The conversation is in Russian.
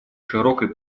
широкой